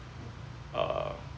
err